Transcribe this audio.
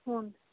ಹ್ಞೂ ರಿ